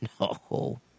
no